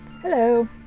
Hello